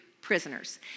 prisoners